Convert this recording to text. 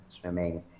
swimming